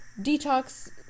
detox